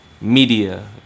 Media